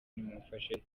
nimumfashe